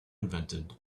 invented